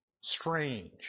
Strange